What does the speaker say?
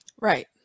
Right